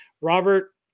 Robert